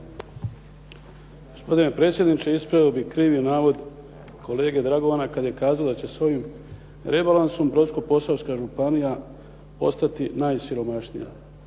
Gospodine predsjedniče. Ispravio bih krivi nalog kolege Dragovana kada je kazao da će s ovim rebalansom Brodsko-posavska županija postati najsiromašnija.